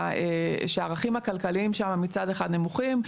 שהערכים הכלכליים שם מצד אחד נמוכים,